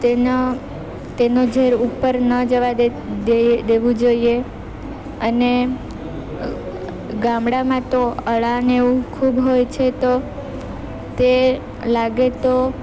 તેનું તેનું ઝેર ઉપર ન જવા દે દેવું જોઈએ અને ગામડામાં તો અળા ને એવું ખૂબ હોય છે તો તે લાગે તો